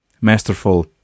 masterful